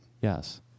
Yes